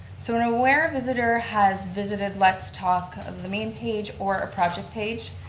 so and aware visitor has visited let's talk, the main page or a project page.